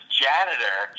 janitor